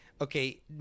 Okay